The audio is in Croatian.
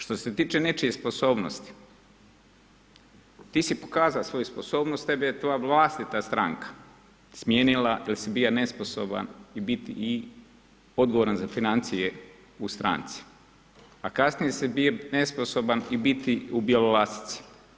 Što se tiče nečije sposobnosti, ti si pokazao svoju sposobnost, tebe je tvoja vlastita stranka smijenila jer si bio nesposoban i biti i odgovoran za financije u stranci a kasnije si bio nesposoban i biti u Bjelolasici.